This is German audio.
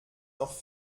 noch